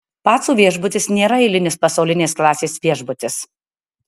pacų viešbutis nėra eilinis pasaulinės klasės viešbutis